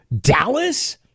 Dallas